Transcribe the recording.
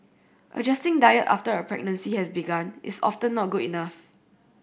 adjusting diet after a pregnancy has begun is often not good enough